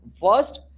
first